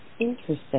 Interesting